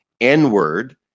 N-word